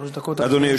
שלוש דקות, אדוני.